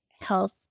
health